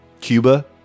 Cuba